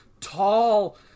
tall